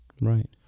Right